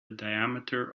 diameter